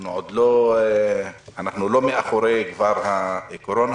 אנחנו לא מאחורי הקורונה,